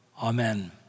amen